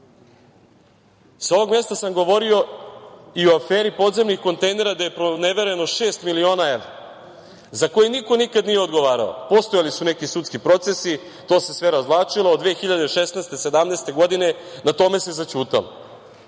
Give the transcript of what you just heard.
ovog mesta sam govorio i o aferi podzemnih kontejnera, gde je pronevereno šest miliona evra, za koju niko nikada nije odgovarao, postojali su neki sudski procesi, to se sve razvlačilo, od 2016. 2017. godine, na tome se zaćutalo.